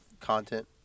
content